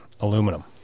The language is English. aluminum